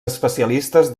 especialistes